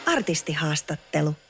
Artistihaastattelu